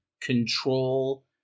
control